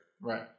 Right